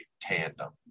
tandem